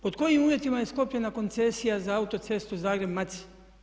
Pod kojim uvjetima je sklopljena koncesija za autocestu Zagreb-Macelj?